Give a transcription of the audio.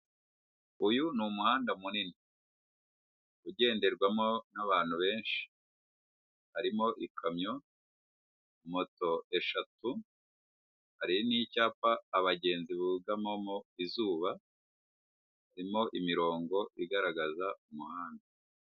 Uyu ni umuhanda munini ugenderwamo n'abantu benshi, harimo ikamyo moto eshatu, hari n'icyapa abagenzi bugamomo izuba, harimo imirongo igaragaza umuhanda.